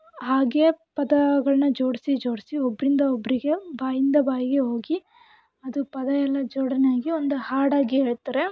ಹಾಗೇ ಪದಗಳನ್ನ ಜೋಡಿಸಿ ಜೋಡಿಸಿ ಒಬ್ಬರಿಂದ ಒಬ್ಬರಿಗೆ ಬಾಯಿಂದ ಬಾಯಿಗೆ ಹೋಗಿ ಅದು ಪದವೆಲ್ಲ ಜೋಡಣೆಯಾಗಿ ಒಂದು ಹಾಡಾಗಿ ಹೇಳ್ತಾರೆ